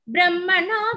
Brahmana